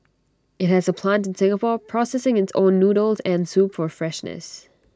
IT has A plant in Singapore processing its own noodles and soup for freshness